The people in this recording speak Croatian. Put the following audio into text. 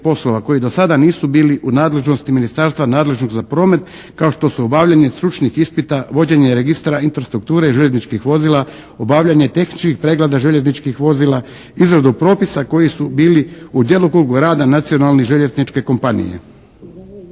poslova koji do sada nisu bili u nadležnosti ministarstva nadležnog za promet kao što su obavljanje stručnih ispita, vođenje registara infrastrukture i željezničkih vozila, obavljanje tehničkih pregleda željezničkih vozila, izradu propisa koji su bili u djelokrugu rada nacionalne željezničke kompanije.